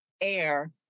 air